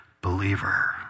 believer